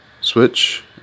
Switch